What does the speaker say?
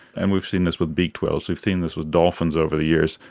and we've seen this with beached whales, we've seen this with dolphins over the years,